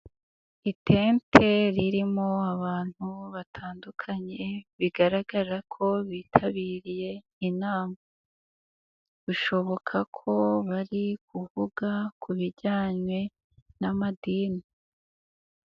Itente ririmo abantu batandukanye bigaragara ko bitabiriye inama. Bishoboka ko bari kuvuga ku bijyanye n'amadini.